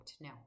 no